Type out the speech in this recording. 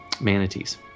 manatees